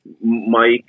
Mike